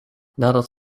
nadat